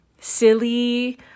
silly